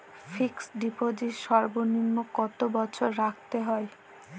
Fixed deposit সর্বনিম্ন কত বছর রাখতে হয়?